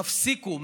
תפסיקו.